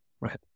Right